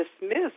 dismissed